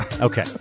Okay